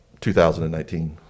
2019